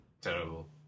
terrible